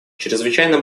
чрезвычайно